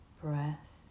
breath